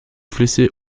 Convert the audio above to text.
flüsse